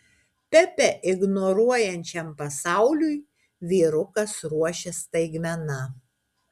pepę ignoruojančiam pasauliui vyrukas ruošia staigmena